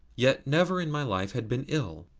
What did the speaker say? yet never in my life had been ill,